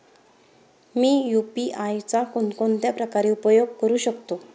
मी UPI चा कोणकोणत्या प्रकारे उपयोग करू शकतो?